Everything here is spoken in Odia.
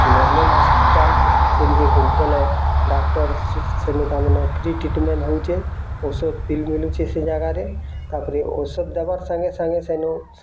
ଗର୍ମେଣ୍ଟ୍ ହସ୍ପିଟାଲ୍ ସେ ନେଇ ଫୋନ୍ କଲେ ଡ଼ାକ୍ଟର୍ ସେନୁଁ ତା ମାନେ ଫ୍ରି ଟ୍ରିଟ୍ମେଣ୍ଟ୍ ହଉଛେ ଔଷଧ ବି ମିଳୁଛେ ସେ ଜାଗାରେ ତାପରେ ଔଷଧ ଦେବା ସାଙ୍ଗେ ସାଙ୍ଗେ ସେନୁ